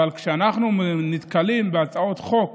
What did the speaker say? אבל כשאנחנו נתקלים בהצעות חוק